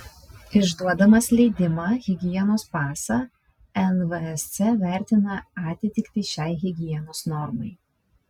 išduodamas leidimą higienos pasą nvsc vertina atitiktį šiai higienos normai